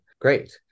Great